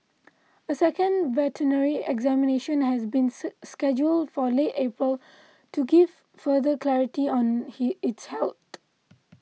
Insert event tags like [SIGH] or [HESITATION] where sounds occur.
a second veterinary examination has been [HESITATION] scheduled for late April to give further clarity on he its health